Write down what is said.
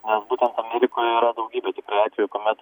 nes būtent amerikoje yra daugybė tikrai atvejų kuomet